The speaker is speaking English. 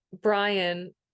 Brian